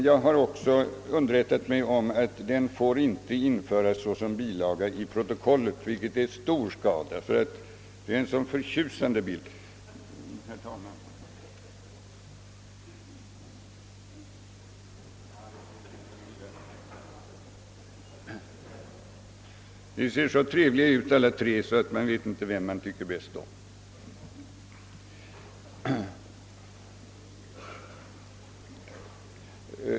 Jag har också underrättat mig om att den inte får införas som bilaga till protokollet, vilket är beklagligt eftersom det är en så förtjusande bild. Alla tre ser så trevliga ut, att man inte vet vem man skall tycka bäst om.